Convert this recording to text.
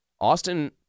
Austin